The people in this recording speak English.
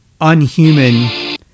unhuman